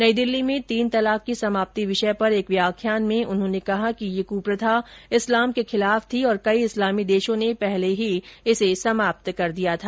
नई दिल्ली में तीन तलाक की समाप्ति विषय पर एक व्याख्यान में उन्होंने कहा कि यह कप्रथा इस्लाम के खिलाफ थी और कई इस्लामी देशों ने पहले ही इसे समाप्त कर दिया था